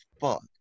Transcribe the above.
fuck